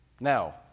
Now